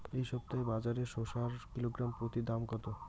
এই সপ্তাহে বাজারে শসার কিলোগ্রাম প্রতি দাম কত?